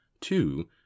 Two